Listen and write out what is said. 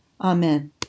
Amen